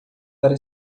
para